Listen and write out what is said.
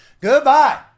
Goodbye